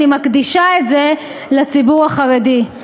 אני מקדישה את זה לציבור החרדי.